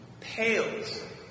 pales